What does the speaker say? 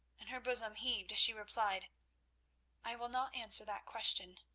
and her bosom heaved as she replied i will not answer that question.